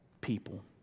people